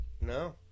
No